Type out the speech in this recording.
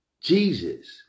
Jesus